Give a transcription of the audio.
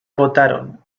agotaron